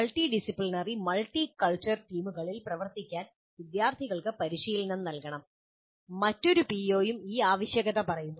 multi disciplinary multi cultural ടീമുകളിൽ പ്രവർത്തിക്കാൻ വിദ്യാർത്ഥികൾക്ക് പരിശീലനം നൽകണം മറ്റൊരു പിഒയും ഈ ആവശ്യകത പറയുന്നു